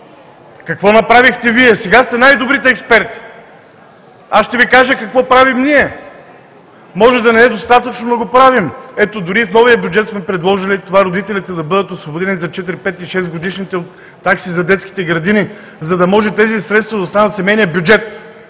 Какво направихте Вие? Сега сте най-добрите експерти. Аз ще Ви кажа какво правим ние. Може да не е достатъчно, но го правим. Дори в новия бюджет сме предложили това родителите да бъдат освободени за четири-, пет- и шестгодишните от такси за детските градини, за да може тези средства да останат в семейния бюджет.